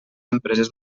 empreses